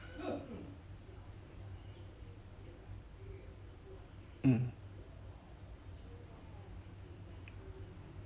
mm